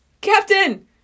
Captain